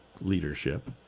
leadership